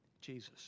Jesus